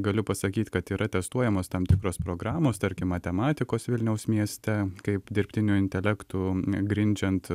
galiu pasakyt kad yra testuojamos tam tikros programos tarkim matematikos vilniaus mieste kaip dirbtiniu intelektu grindžiant